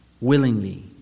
Willingly